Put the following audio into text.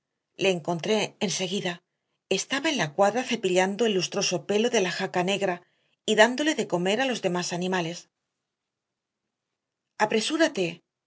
le encontré enseguida estaba en la cuadra cepillando el lustroso pelo de la jaca negra y dando de comer a los demás animales apresúrate